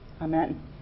Amen